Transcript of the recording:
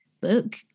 book